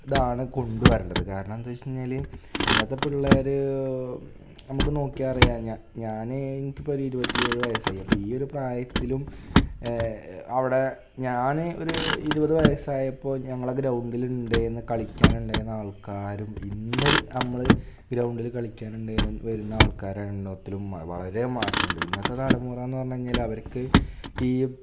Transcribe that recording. ഇതാണ് കൊണ്ടു വരേണ്ടത് കാരണം എന്താ വെച്ചു കഴിഞ്ഞാൽ ഇന്നത്തെ പിള്ളേർ അമ്മക്ക് നോക്കിയാൽ അറിയാഞ്ഞ ഞാൻ എനിക്കിപ്പോൾ ഒരു ഇരുവത്തിയേഴ് വയസ്സായി അപ്പോൾ ഈ ഒരു പ്രായത്തിലും അവിടെ ഞാൻ ഒരു ഇരുപത് വയസ്സായപ്പോൾ ഞങ്ങളെ ഗ്രൗണ്ടിലുണ്ട് എന്നു കളിക്കാനുണ്ടായിരുന്ന ആള്ക്കാരും ഇന്നു നമ്മൾ ഗ്രൗണ്ടിൽ കളിയ്ക്കാനുണ്ട് ഞാന് വരുന്ന ആള്ക്കാരെ എണ്ണത്തിലും വളരെ മാറ്റമുണ്ട് ഇന്നത്തെ തലമുറയെന്ന് പറഞ്ഞു കഴിഞ്ഞാലവർക്ക് ഈ